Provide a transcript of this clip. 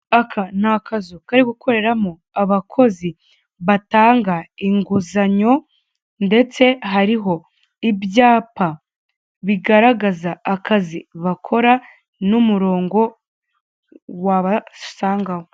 Aka ni akazu kari gukoreramo abakozi batanga inguzanyo, ndetse hariho ibyapa bigaragaza akazi bakora, n'umurongo wabasangaho.